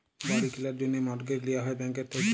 বাড়ি কিলার জ্যনহে মর্টগেজ লিয়া হ্যয় ব্যাংকের থ্যাইকে